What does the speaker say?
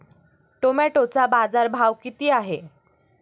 टोमॅटोचा बाजारभाव किती आहे?